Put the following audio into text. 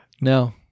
No